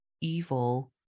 evil